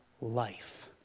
life